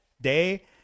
day